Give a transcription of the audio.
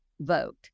vote